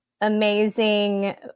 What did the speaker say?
amazing